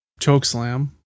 Chokeslam